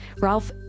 Ralph